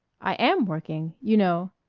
i am working. you know